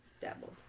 Dabbled